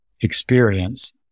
experience